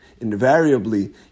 Invariably